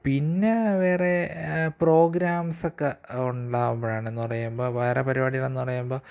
പിന്നെ വേറെ പ്രോഗ്രാംസൊക്കെ ഉണ്ടാകുമ്പോഴാണ് എന്ന് പറയുമ്പോൾ വേറെ പരിപാടികളെന്ന് പറയുമ്പോൾ